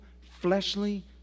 fleshly